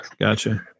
Gotcha